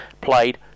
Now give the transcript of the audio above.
played